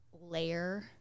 layer